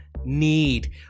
need